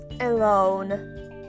alone